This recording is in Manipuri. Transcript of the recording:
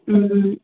ꯎꯝ